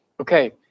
Okay